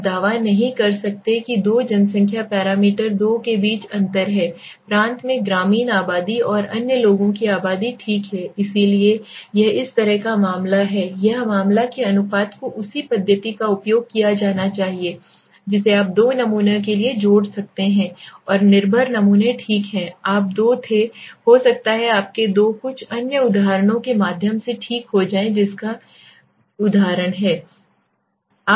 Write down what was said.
आप दावा नहीं कर सकते कि दो जनसंख्या पैरामीटर दो के बीच अंतर है प्रांत में ग्रामीण आबादी और अन्य लोगों की आबादी ठीक है इसलिए यह इस तरह का मामला है यह मामला कि अनुपात को उसी पद्धति का उपयोग किया जाना है जिसे आप दो नमूनों के लिए जोड़ सकते हैं और निर्भर नमूने ठीक है आप दो थे हो सकता है आपके दो कुछ अन्य उदाहरणों के माध्यम से ठीक हो जाएं इसका उदाहरण है